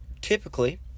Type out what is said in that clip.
typically